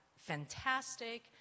fantastic